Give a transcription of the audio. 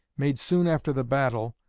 made soon after the battle,